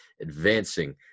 advancing